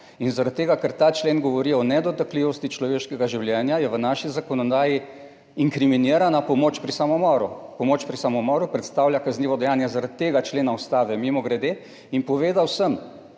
in zaradi tega, ker ta člen govori o nedotakljivosti človeškega življenja, je v naši zakonodaji inkriminirana pomoč pri samomoru. Pomoč pri samomoru predstavlja kaznivo dejanje zaradi tega člena Ustave, mimogrede, in povedal sem,